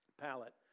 palette